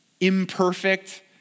imperfect